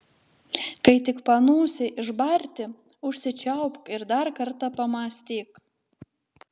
kai tik panūsi išbarti užsičiaupk ir dar kartą pamąstyk